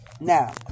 Now